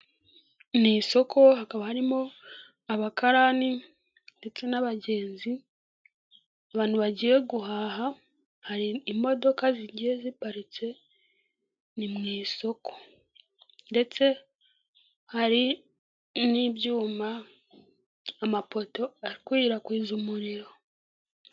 Ni isoko hakaba harimo abakarani ndetse n'abagenzi, abantu bagiye guhaha, hari imodoka zigiye ziparitse, ni mu isoko. Ndetse hari n'ibyuma, amapoto akwirakwiza umuriro.